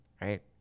right